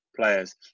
players